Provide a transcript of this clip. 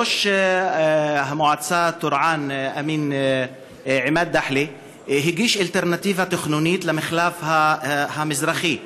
ראש מועצת טורעאן עימאד דחלה הגיש אלטרנטיבה תכנונית למחלף המזרחי.